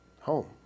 Home